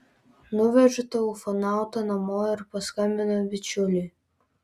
nuvežu tą ufonautą namo ir paskambinu bičiuliui